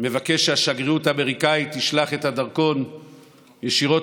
מבקש שהשגרירות האמריקאית תשלח את הדרכון ישירות